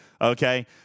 okay